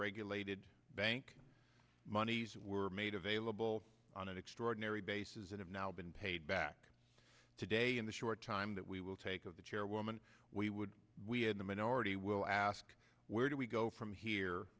regulated bank moneys were made available on an extraordinary bases that have now been paid back today in the short time that we will take of the chairwoman we would we in the minority will ask where do we go from here